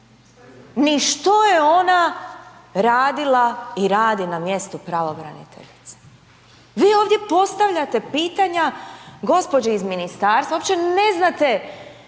ni što je ona radila i radi na mjestu pravobraniteljice. Vi ovdje postavljate pitanja gospođi iz ministarstva uopće ne znate